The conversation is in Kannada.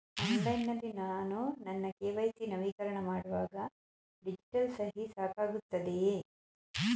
ಆನ್ಲೈನ್ ನಲ್ಲಿ ನಾನು ನನ್ನ ಕೆ.ವೈ.ಸಿ ನವೀಕರಣ ಮಾಡುವಾಗ ಡಿಜಿಟಲ್ ಸಹಿ ಸಾಕಾಗುತ್ತದೆಯೇ?